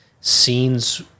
scenes